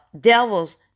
devils